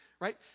right